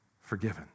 forgiven